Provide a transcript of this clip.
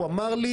והוא אמר לי